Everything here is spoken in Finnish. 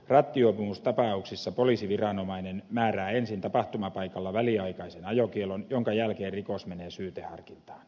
rattijuopumustapauksissa poliisiviranomainen määrää ensin tapahtumapaikalla väliaikaisen ajokiellon jonka jälkeen rikos menee syyteharkintaan